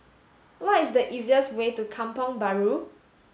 what is the easiest way to Kampong Bahru